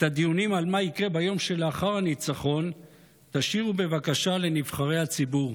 את הדיונים על מה יקרה ביום שלאחר הניצחון תשאירו בבקשה לנבחרי הציבור.